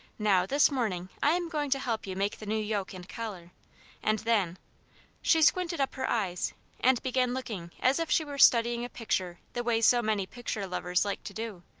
now, this morning i am going to help you make the new yoke and collar and then she squinted up her eyes and began looking as if she were studying a picture the way so many picture-lovers like to do,